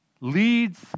leads